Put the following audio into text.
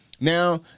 now